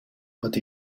but